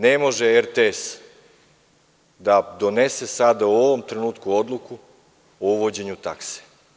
Ne može RTS da donese sada u ovom trenutku odluku o uvođenju takse.